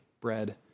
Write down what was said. bread